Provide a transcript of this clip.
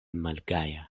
malgaja